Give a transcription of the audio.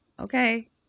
Okay